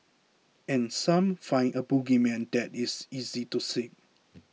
and some find a bogeyman that is easy to seek